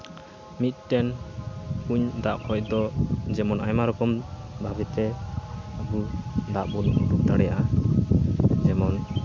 ᱢᱤᱫᱴᱮᱱ ᱠᱩᱧ ᱫᱟᱜ ᱠᱷᱚᱱ ᱫᱚ ᱡᱮᱢᱚᱱ ᱟᱭᱢᱟ ᱨᱚᱠᱚᱢ ᱵᱷᱟᱵᱮ ᱛᱮ ᱠᱩᱧ ᱫᱟᱜ ᱵᱚᱱ ᱞᱩ ᱫᱟᱲᱮᱭᱟᱜᱼᱟ ᱡᱮᱢᱚᱱ